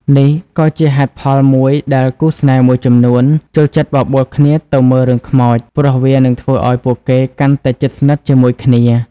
នេះក៏ជាហេតុផលមួយដែលគូស្នេហ៍មួយចំនួនចូលចិត្តបបួលគ្នាទៅមើលរឿងខ្មោច ព្រោះវានឹងធ្វើឲ្យពួកគេកាន់តែជិតស្និទ្ធជាមួយគ្នា។